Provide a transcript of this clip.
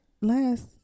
last